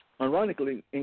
Ironically